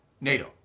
NATO